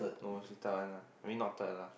no she tell one lah I mean not tell ah